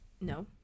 No